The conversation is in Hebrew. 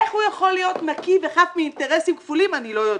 איך הוא יכול להיות נקי וחף מאינטרסים כפולים אני לא יודעת.